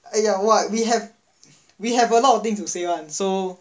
!aiya! !wah! we have we have a lot of things to say [one] so